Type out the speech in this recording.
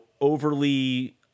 overly